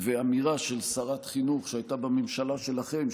ואמירה של שרת חינוך שהייתה בממשלה שלכם,